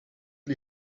les